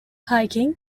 hiking